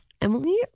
emily